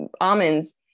almonds